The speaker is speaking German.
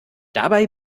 dabei